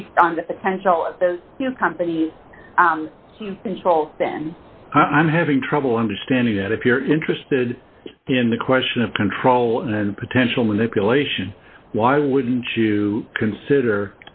based on the potential of those companies to control i'm having trouble understanding that if you're interested in the question of control and potential manipulation why wouldn't you consider